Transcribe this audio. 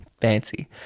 fancy